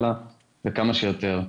וכמה שיותר.